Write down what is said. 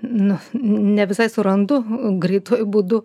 nu ne visai surandu greituoju būdu